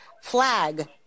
flag